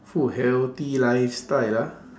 for healthy lifestyle ah